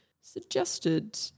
suggested